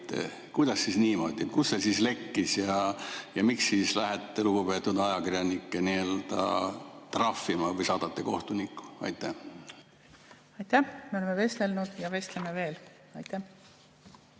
kuidas siis niimoodi, kust see lekkis ja miks te siis lähete lugupeetud ajakirjanikke trahvima või saadate kohtuniku? Aitäh! Me oleme vestelnud ja vestleme veel. Aitäh!